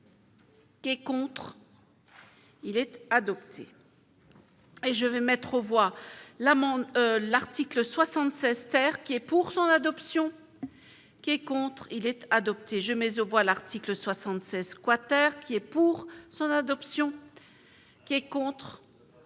Qui est contre, il est adopté. Et je vais mettre aux voix l'amende l'article 76 terre qui est pour son adoption qui est contre, il est adopté, je mais aux voix, l'article 76 quater, qui est pour son adoption. Qui est contre,